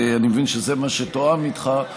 ואני מבין שזה מה שתואם איתך,